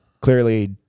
clearly